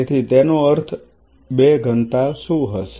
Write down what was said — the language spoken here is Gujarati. તેથી તેનો અર્થ 2 ઘનતા શું હશે